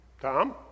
Tom